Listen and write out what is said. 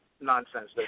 nonsense